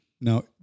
Now